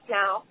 now